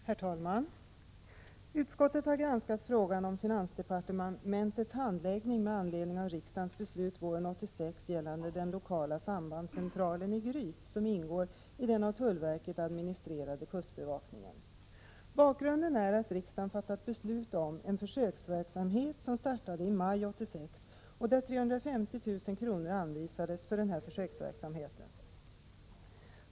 Herr talman! Utskottet har granskat frågan om finansdepartementets handläggning med anledning av riksdagens beslut våren 1986 gällande den lokala sambandscentralen i Gryt, som ingår i den av tullverket administrerade kustbevakningen. Bakgrunden är att riksdagen fattat beslut om en försöksverksamhet, som startade i maj 1986. 350 000 kr. anvisades för den verksamheten.